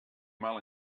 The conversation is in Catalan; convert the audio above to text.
mal